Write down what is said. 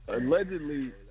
allegedly